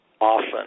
often